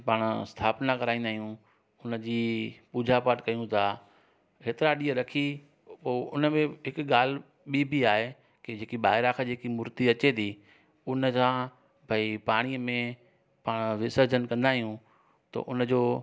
पाण स्थापना कराईंदा आहियूं उनजी पूजा पाठ कयूं था एतिरा ॾींहं रखी पोइ उनमें हिकु ॻाल्हि ॿी बि आहे की जेकी ॿाहिरा जेकी मुर्ती अचे थी उन जा भई पाणी में पाण विर्सजन कंदा आहियूं त उनजो